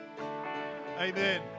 Amen